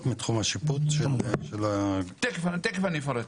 מתחום השיפוט של ה- -- תיכף אני אפרט.